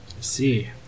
see